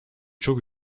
çok